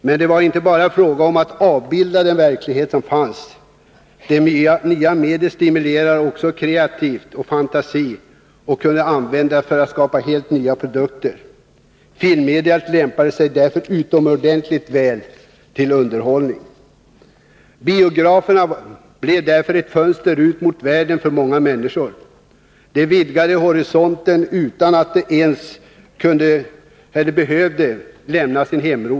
Men det var inte bara fråga om att avbilda den verklighet som fanns. Detta nya medium stimulerade också kreativitet och fantasi och kunde användas till att skapa helt nya produkter. Filmmediet lämpade sig därför utomordentligt väl för underhållning. Biograferna blev på detta sätt ett fönster ut mot världen för många människor. De vidgade deras horisont utan att de ens behövde lämna sin hemort.